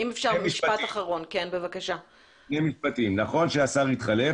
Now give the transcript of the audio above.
נכון שהשר התחלף,